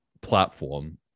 platform